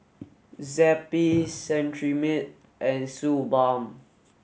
Zappy Cetrimide and Suu Balm